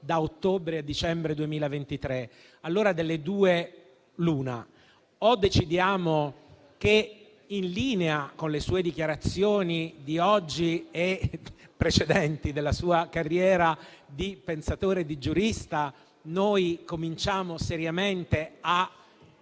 da ottobre a dicembre 2023. Delle due l'una: o decidiamo che, in linea con le sue dichiarazioni di oggi e precedenti della sua carriera di pensatore e di giurista, cominciamo seriamente a